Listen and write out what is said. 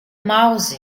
mouse